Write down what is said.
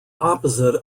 opposite